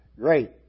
great